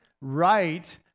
right